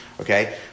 okay